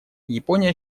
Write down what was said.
япония